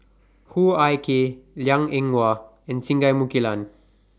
Hoo Ah Kay Liang Eng Hwa and Singai Mukilan